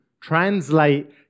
translate